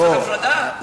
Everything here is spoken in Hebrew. צריך הפרדה?